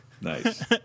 Nice